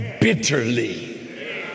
bitterly